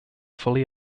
fully